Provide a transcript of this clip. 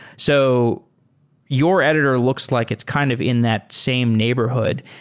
so your editor looks like it's kind of in that same neighborhood.